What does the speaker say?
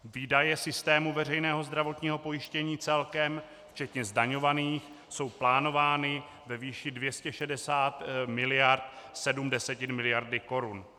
Výdaje systému veřejného zdravotního pojištění celkem včetně zdaňovaných jsou plánovány ve výši 260,7 miliardy korun.